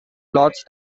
plots